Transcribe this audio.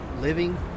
living